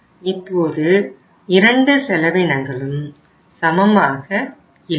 இப்போது இரண்டு செலவினங்களும் சமமாக இல்லை